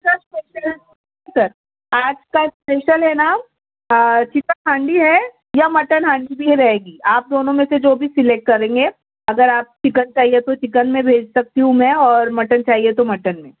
سر سر آج کا اسپیشل ہے نا چکن ہانڈی ہے یا مٹن ہانڈی بھی رہے گی آپ دونوں میں سے جو بھی سلیکٹ کریں گے اگر آپ چکن چاہیے تو چکن میں بھیج سکتی ہوں میں اور مٹن چاہیے تو مٹن میں